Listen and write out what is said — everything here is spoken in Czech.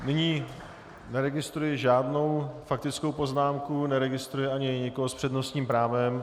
Nyní neregistruji žádnou faktickou poznámku, neregistruji ani nikoho s přednostním právem.